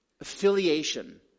Affiliation